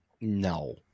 no